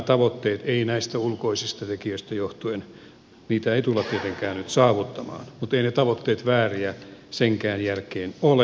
näitä tavoitteita emme näistä ulkopuolisista tekijöitä johtuen tule tietenkään saavuttamaan mutta eivät ne tavoitteet vääriä senkään jälkeen ole